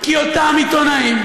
כי אותם עיתונאים,